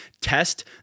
test